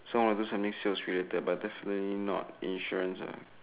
so I wanna do something sales related but definitely not insurance ah